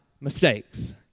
mistakes